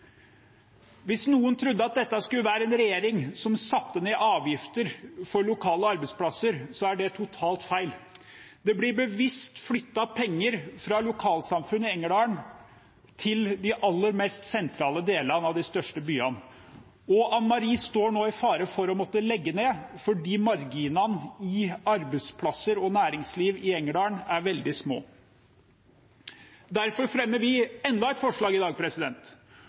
Hvis noen trodde at dette skulle være en regjering som satte ned avgifter for lokale arbeidsplasser, er det totalt feil. Det blir bevisst flyttet penger fra lokalsamfunn i Engerdal til de aller mest sentrale delene av de største byene. Ann-Mari står nå i fare for å måtte legge ned fordi marginene i arbeidsplasser og næringsliv i Engerdal er veldig små. Derfor fremmer vi enda et forslag i dag,